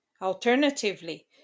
Alternatively